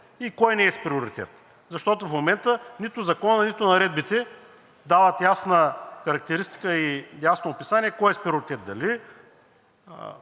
и кой не е с приоритет, защото в момента нито законът, нито наредбите дават ясна характеристика и ясно описание кой е с приоритет